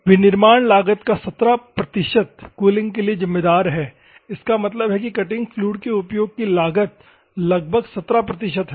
विनिर्माण लागत का 17 प्रतिशत कूलिंग के लिए जिम्मेदार है इसका मतलब है कि कटिंग फ्लूइड के उपयोग की लागत लगभग 17 प्रतिशत है